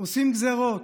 עושים גזרות.